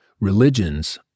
religions